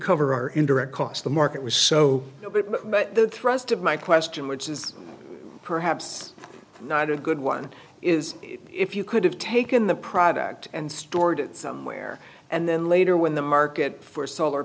cover our indirect cost the market was so but the thrust of my question which is perhaps not a good one is if you could have taken the product and stored somewhere and then later when the market for solar